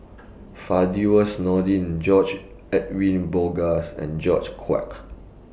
Firdaus Nordin George Edwin Bogaars and George Quek